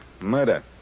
Murder